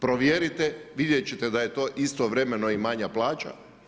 Provjerite, vidjeti ćete da je to istovremeno i manja plaća.